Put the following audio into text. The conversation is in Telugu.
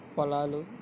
పొలాలు